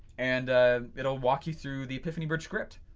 and it will walk you through the epiphany bridge script.